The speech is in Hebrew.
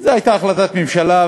זו הייתה החלטת ממשלה,